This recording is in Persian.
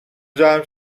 جمع